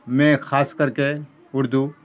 میں خاص کر کے اردو